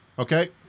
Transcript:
Okay